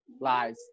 lies